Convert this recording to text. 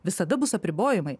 visada bus apribojimai